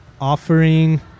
Offering